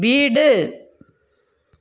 வீடு